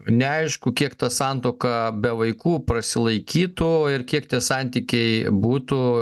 neaišku kiek ta santuoka be vaikų prasilaikytų ir kiek tie santykiai būtų